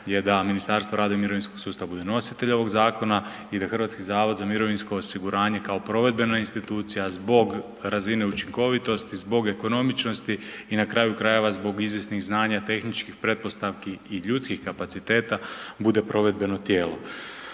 je da Ministarstvo rada i mirovinskog sustava bude nositelj ovog zakona i da HZMO kao provedbena institucija zbog razine učinkovitosti, zbog ekonomičnosti i na kraju krajeva zbog izvjesnih znanja, tehničkih pretpostavki i ljudskih kapaciteta bude provedbeno tijelo.